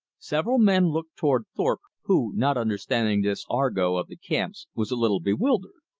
several men looked toward thorpe, who, not understanding this argot of the camps, was a little bewildered.